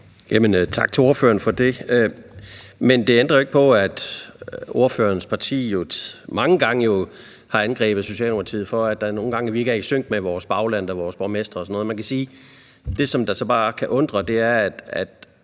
Tak til ordføreren for det. Men det ændrer jo ikke på, at ordførerens parti mange gange har angrebet Socialdemokratiet for, at vi ikke er i sync med vores bagland og vores borgmestre og sådan noget, og man kan sige, at det, der så bare kan undre, er, at